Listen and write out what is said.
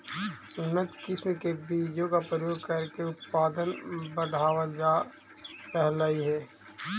उन्नत किस्म के बीजों का प्रयोग करके उत्पादन बढ़ावल जा रहलइ हे